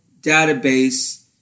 database